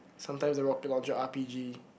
sometimes the rocket launcher R_P_G